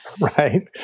right